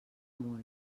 molt